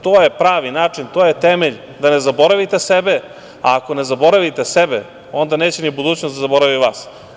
To je pravi način, to je temelj da ne zaboravite sebe, a ako ne zaboravite sebe onda neće ni budućnost da zaboravi vas.